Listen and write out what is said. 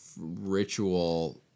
ritual